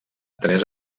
tres